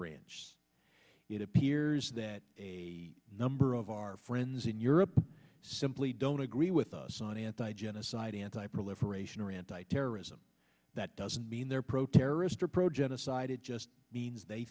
branch it appears that a number of our friends in europe simply don't agree with us on anti gun aside anti proliferation or anti terrorism that doesn't mean they're pro terrorist or pro genocide it just means they